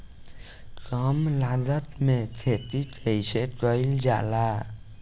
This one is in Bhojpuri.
कम लागत में खेती कइसे कइल जाला?